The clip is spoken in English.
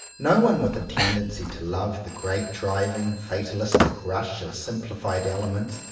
no one with a tendency to love the great driving fatalistic rush of simplified elements,